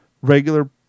regular